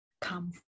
come